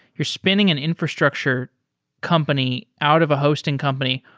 you're spinning an infrastructure company out of a hosting company,